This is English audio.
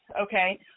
okay